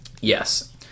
Yes